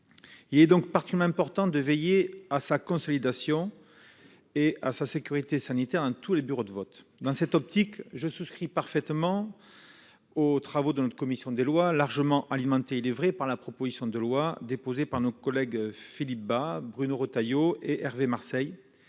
Il est donc particulièrement important de veiller à sa consolidation et à sa sécurité sanitaire dans tous les bureaux de vote. Dans cette perspective, je salue les travaux de la commission des lois, largement alimentés, il est vrai, par la proposition de loi déposée par nos collègues Philippe Bas, Bruno Retailleau et Hervé Marseille,